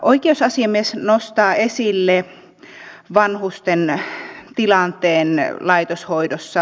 oikeusasiamies nostaa esille vanhusten tilanteen laitoshoidossa